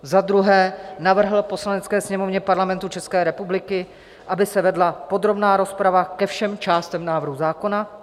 II. navrhl Poslanecké sněmovně Parlamentu České republiky, aby se vedla podrobná rozprava ke všem částem návrhu zákona;